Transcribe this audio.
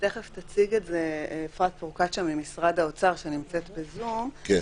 תיכף תציג את זה אפרת פרוקצ'יה ממשרד האוצר שנמצאת בזום,